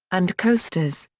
and coasters.